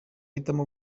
ahitamo